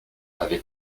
avec